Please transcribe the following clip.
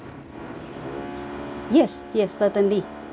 yes yes certainly please